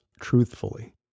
truthfully